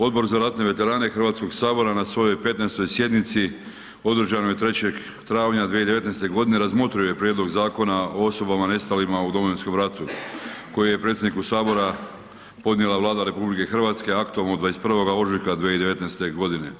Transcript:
Odbor za ratne veterane Hrvatskog sabora na svojoj 15. sjednici održanoj 3. travnja 2019. g. razmotrio je prijedlog Zakona o osobama nestalima u Domovinskom ratu koji je predsjedniku Sabora podnijela Vlada RH aktom od 21. ožujka 2019. godine.